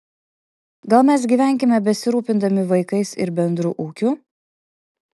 gal mes gyvenkime besirūpindami vaikais ir bendru ūkiu